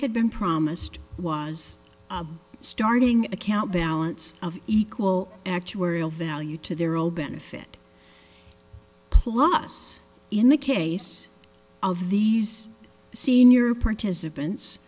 had been promised was starting account balance of equal actuarial value to their old benefit plus in the case of these senior participants